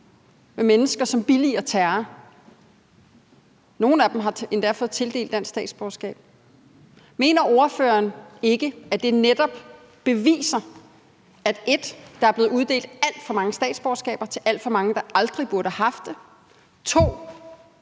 med mennesker, som billiger terror – nogle af dem har endda fået tildelt dansk statsborgerskab. 1: Mener ordføreren ikke, at det netop beviser, at der er blevet uddelt alt for mange statsborgerskaber til alt for mange, der aldrig burde have haft det? 2: